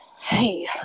hey